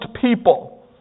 people